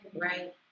Right